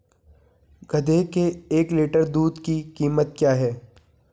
गधे के एक लीटर दूध की कीमत क्या है?